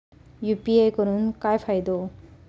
UPI करून काय फायदो?